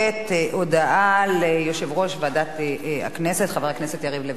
הודעה ליושב-ראש ועדת הכנסת, חבר הכנסת יריב לוין.